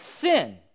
sin